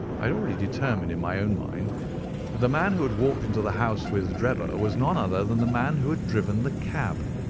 had already determined in my own mind that the man who had walked into the house with drebber, was none other than the man who had driven the cab.